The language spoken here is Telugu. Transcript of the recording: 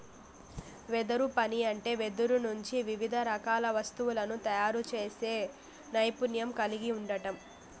వెదురు పని అంటే వెదురు నుంచి వివిధ రకాల వస్తువులను తయారు చేసే నైపుణ్యం కలిగి ఉండడం